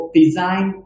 design